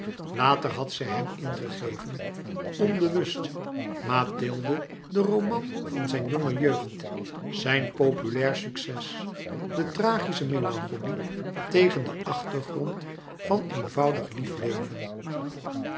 later had zij hem ingegeven onbewust mathilde den roman van zijn jonge jeugd zijn populair succes de tragische melancholie tegen den achtergrond van eenvoudig lief leven